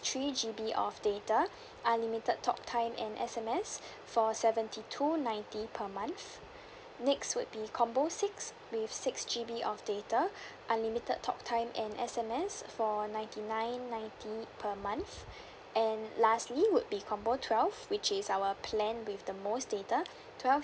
three G_B of data unlimited talktime and S_M_S for seventy two ninety per month next would be combo six with six G_B of data unlimited talktime and S_M_S for ninety nine ninety per month and lastly would be combo twelve which is our plan with the most data twelve